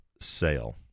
sale